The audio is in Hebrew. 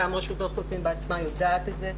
גם רשות האוכלוסין בעצמה יודעת את זה,